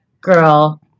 girl